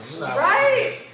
Right